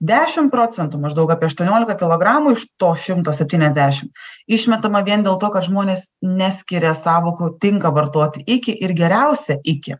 dešim procentų maždaug apie aštuoniolika kilogramų iš to šimto septyniasdešim išmetama vien dėl to kad žmonės neskiria sąvokų tinka vartoti iki ir geriausia iki